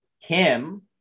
Kim